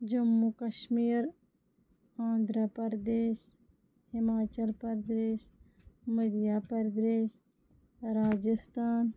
Jammu Kashmir Andhra Pradesh Himachal Pradesh Madhya Pradesh Rajasthan